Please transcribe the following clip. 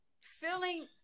feeling